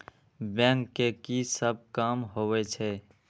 Bank के की सब काम होवे छे?